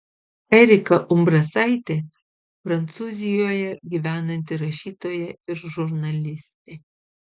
erika umbrasaitė prancūzijoje gyvenanti rašytoja ir žurnalistė